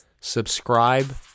subscribe